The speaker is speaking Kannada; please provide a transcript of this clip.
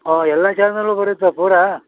ಆಂ ಎಲ್ಲ ಚಾನಲ್ಲೂ ಬರುತ್ತಾ ಪೂರಾ